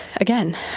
again